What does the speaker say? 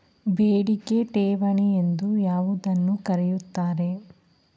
ಬೇಡಿಕೆ ಠೇವಣಿ ಎಂದು ಯಾವುದನ್ನು ಕರೆಯುತ್ತಾರೆ?